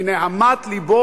מנהמת לבו,